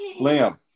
Liam